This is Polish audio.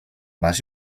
masz